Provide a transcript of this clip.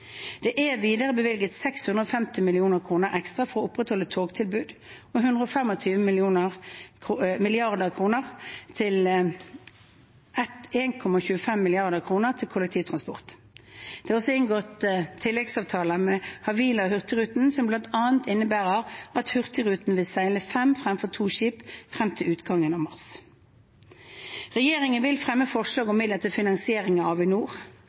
Det er videre bevilget 650 mill. kr ekstra for å opprettholde togtilbudet og 1,25 mrd. kr til kollektivtransporten. Det er også inngått tilleggsavtaler med Havila og Hurtigruten, som bl.a. innebærer at Hurtigruten vil seile fem fremfor to skip frem til utgangen av mars. Regjeringen vil fremme forslag om midler til finansiering av Avinor